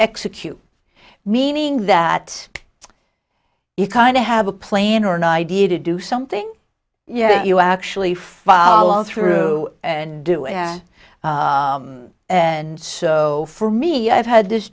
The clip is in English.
execute meaning that if kind of have a plane or an idea to do something yeah you actually follow through and do it and so for me i've had this